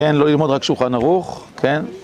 כן, לא ללמוד, רק שולחן ערוך, כן.